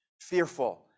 Fearful